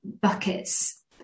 buckets